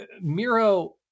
Miro